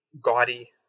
gaudy